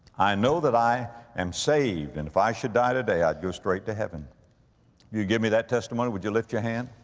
i know that i am saved and if i should die today i'd go straight to heaven. if you'd give me that testimony, would you lift your hand?